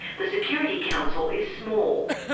the security council is small.